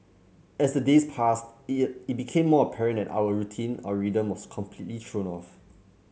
as the days passed it it became more apparent that our routine our rhythm was completely thrown off